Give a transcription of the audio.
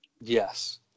Yes